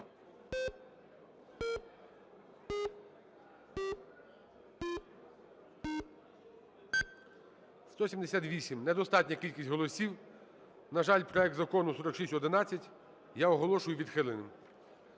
За-178 Недостатня кількість голосів. На жаль, проект Закону 4611 я оголошую відхиленим.